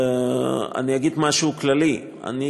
אני אגיד משהו כללי: אני,